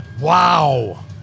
wow